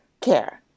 care